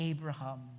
Abraham